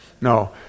No